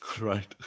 right